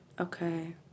Okay